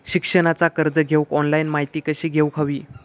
शिक्षणाचा कर्ज घेऊक ऑनलाइन माहिती कशी घेऊक हवी?